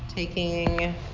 Taking